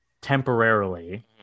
temporarily